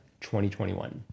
2021